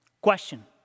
Question